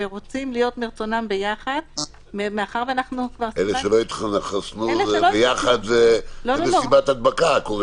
שרוצים להיות מרצונם ביחד --- אלה שלא התחסנו וביחד זה מסיבת הדבקה.